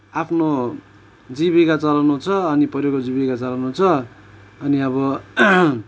आफ्नो जीविका चलाउनु छ अनि परिवारको जिविका चलाउनु छ अनि अब